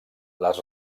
les